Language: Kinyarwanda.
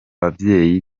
babyeyi